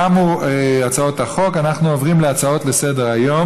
תמו הצעות החוק, אנחנו עוברים להצעות לסדר-היום.